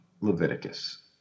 Leviticus